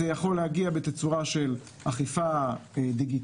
זה יכול להגיע בתצורה של אכיפה דיגיטלית